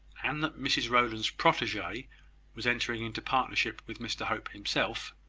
and that mrs rowland's protege was entering into partnership with mr hope himself,